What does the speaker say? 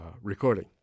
recording